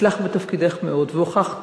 הצלחת בתפקידך מאוד והוכחת